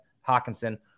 Hawkinson